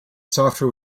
software